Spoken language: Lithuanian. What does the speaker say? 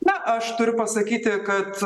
na aš turiu pasakyti kad